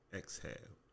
exhale